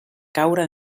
caure